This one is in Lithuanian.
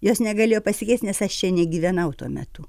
jos negalėjo pasikeist nes aš čia negyvenau tuo metu